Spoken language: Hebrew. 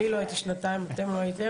אני לא הייתי שנתיים, אתם לא הייתם,